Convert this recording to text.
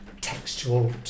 textual